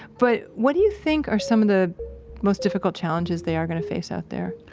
but, what do you think are some of the most difficult challenges they are gonna face out there?